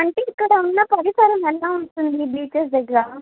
అంటే ఇక్కడ ఉన్న పరిసరము ఎలా ఉంటుంది బీచెస్ దగ్గర